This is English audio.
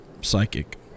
psychic